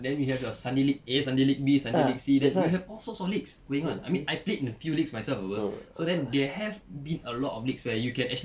then you have your sunday league A sunday league B sunday league C you have all sort of leagues going on I mean I played in a few leagues myself apa so then they have been a lot of leagues where you can actually